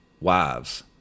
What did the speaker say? wives